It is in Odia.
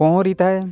ପହଁରିଥାଏ